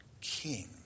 king